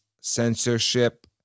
censorship